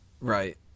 Right